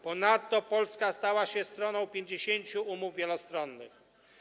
Ponadto Polska stała się stroną 50 umów wielostronnych.